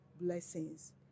blessings